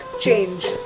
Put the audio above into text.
change